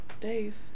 Dave